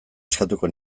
eskatuko